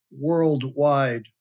worldwide